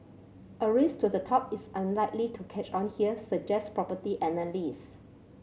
a race to the top is unlikely to catch on here suggest property analysts